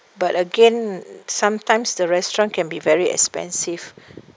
but again sometimes the restaurant can be very expensive